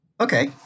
Okay